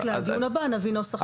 לדיון הבא נביא נוסח מהודק יותר.